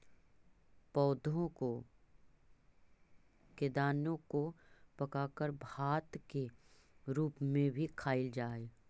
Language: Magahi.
पौधों के दाने को पकाकर भात के रूप में भी खाईल जा हई